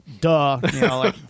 Duh